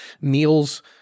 meals